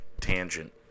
Tangent